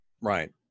Right